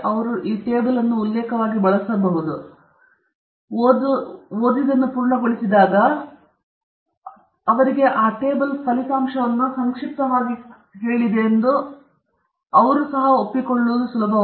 ಆದ್ದರಿಂದ ಅವರು ಕಾಗದವನ್ನು ಓದಿದಂತೆ ಅವರು ಈ ಟೇಬಲ್ ಅನ್ನು ಉಲ್ಲೇಖವಾಗಿ ಬಳಸಬಹುದು ಮತ್ತು ಅವರು ಪೂರ್ಣಗೊಳಿಸಿದಾಗ ಈ ಟೇಬಲ್ ಅವರಿಗೆ ಆ ಫಲಿತಾಂಶವನ್ನು ಸಂಕ್ಷಿಪ್ತಗೊಳಿಸುವ ಉತ್ತಮ ಮಾರ್ಗವನ್ನು ನೀಡುತ್ತದೆ ಮತ್ತು ನಿಮ್ಮೊಂದಿಗೆ ಒಪ್ಪಿಕೊಳ್ಳುವುದು ಕೂಡಾ